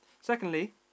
secondly